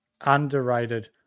Underrated